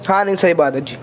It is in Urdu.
ہاں نہیں صحیح بات ہے جی